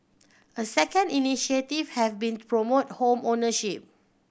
a second initiative have been promote home ownership